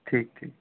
ٹھیک ٹھیک